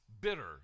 Bitter